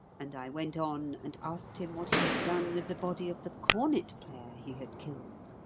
and i went on and asked him what he had done with the body of the cornet-player he had killed.